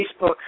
Facebook